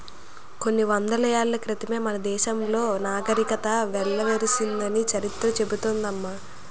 కొన్ని వందల ఏళ్ల క్రితమే మన దేశంలో నాగరికత వెల్లివిరిసిందని చరిత్ర చెబుతోంది అమ్మ